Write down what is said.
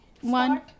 one